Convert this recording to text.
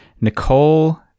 Nicole